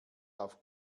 auf